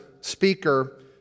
speaker